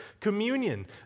Communion